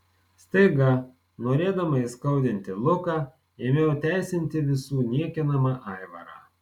staiga norėdama įskaudinti luką ėmiau teisinti visų niekinamą aivarą